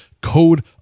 code